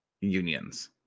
unions